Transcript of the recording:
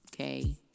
Okay